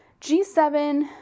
G7